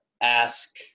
ask